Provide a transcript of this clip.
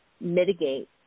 mitigate